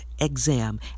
exam